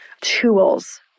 tools